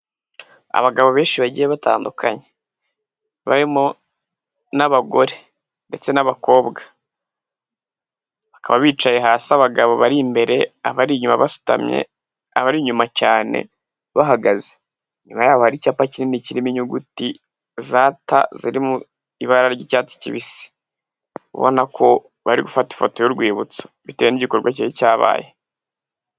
Abagabo benshi bagiye batandukanye. Barimo n'abagore ndetse n'abakobwa. Bakaba bicaye hasi abagabo bari imbere, abari inyuma basutamye, abari inyuma cyane bahagaze. Inyuma yabo hari icyapa kinini kirimo inyuguti za ta ziri mu ibara ry'icyatsi kibisi. Ubona ko bari gufata ifoto y'urwibutso, bitewe n'igikorwa cyari cyabaye.